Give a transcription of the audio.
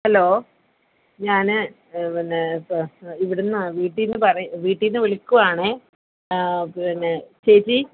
hello ഞാൻ പിന്നെ ഇപ്പോൾ ഇവിടെ നിന്ന് വീട്ടിൽ നിന്ന് പറയുക വീട്ടിൽ നിന്ന് വിളിക്കുവാണ് പിന്നെ ചേച്ചി